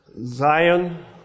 Zion